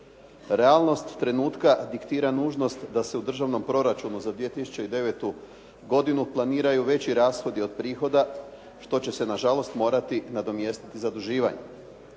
Realnost trenutka diktira nužnost da se u državnom proračunu za 2009. godinu planiraju veći rashodi od prihoda što će se na žalost morati nadomjestiti zaduživanjem.